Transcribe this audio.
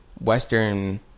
Western